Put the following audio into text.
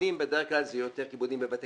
כיבודים בדרך כלל הם יותר כיבודים בבתי